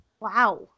Wow